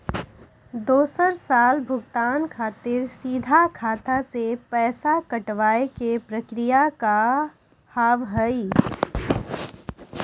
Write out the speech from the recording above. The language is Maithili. दोसर साल भुगतान खातिर सीधा खाता से पैसा कटवाए के प्रक्रिया का हाव हई?